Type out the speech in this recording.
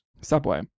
Subway